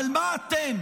אבל מה אתם,